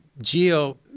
geo